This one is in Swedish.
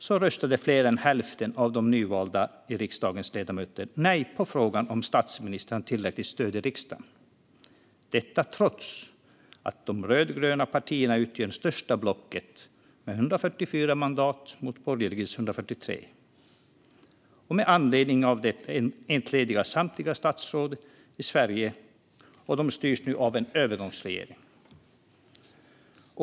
Då röstade fler än hälften av den nyvalda riksdagens ledamöter nej till att ge statsministern riksdagens stöd, trots att de rödgröna partierna utgör det största blocket med 144 mandat mot de borgerliga partiernas 143 mandat. Med anledning av detta entledigades samtliga statsråd, och Sverige styrs nu av en övergångsregering.